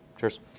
cheers